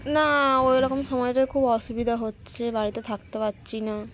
না ওইরকম সময়টায় খুব অসুবিধা হচ্ছে বাড়িতে থাকতে পারছি না